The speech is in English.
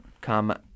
come